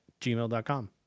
gmail.com